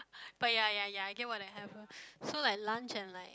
but ya ya ya I get what I have ah so like lunch and like